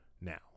now